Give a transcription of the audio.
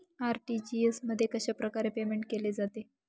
RTGS मध्ये कशाप्रकारे payment केले जाते?